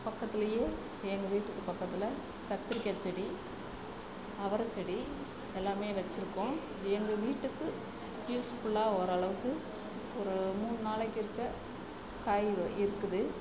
பக்கத்திலேயே எங்கள் வீட்டுக்கு பக்கத்தில் கத்திரிக்காய் செடி அவரை செடி எல்லாமே வச்சுருக்கோம் இது எங்கள் வீட்டுக்கு யூஸ்ஃபுல்லாக ஓரளவுக்கு ஒரு மூணு நாளைக்கு இருக்க காய் இருக்குது